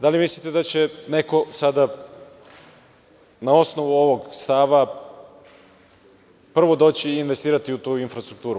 Da li mislite da će neko sada na osnovu ovog stava prvo doći i investirati u tu infrastrukturu.